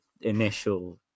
initial